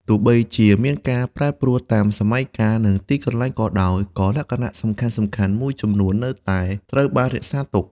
ទោះបីជាមានការប្រែប្រួលតាមសម័យកាល និងទីកន្លែងក៏ដោយ ក៏លក្ខណៈសំខាន់ៗមួយចំនួននៅតែត្រូវបានរក្សាទុក។